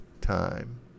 time